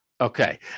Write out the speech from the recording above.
Okay